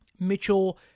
Mitchell